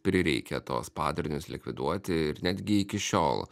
prireikė tuos padarinius likviduoti ir netgi iki šiol